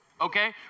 okay